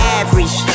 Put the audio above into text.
average